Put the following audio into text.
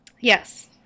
Yes